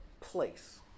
place